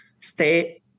stay